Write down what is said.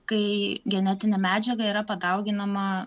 kai genetinė medžiaga yra padauginama